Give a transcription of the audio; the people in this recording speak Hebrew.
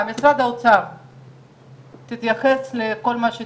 להחליף בתחנת קרליבך היא נקודת המפגש של הקו